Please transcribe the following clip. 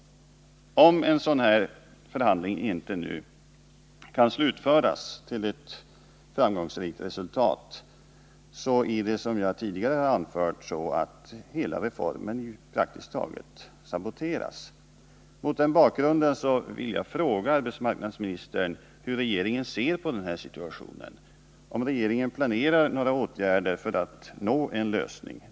Om en sådan förhandling inte nu kan slutföras till ett framgångsrikt resultat är det ju så, som jag tidigare anfört, att praktiskt taget hela reformen saboteras. Mot den här bakgrunden vill jag fråga arbetsmarknadsministern hur regeringen ser på den här situationen och om regeringen planerar några åtgärder för att nå en lösning.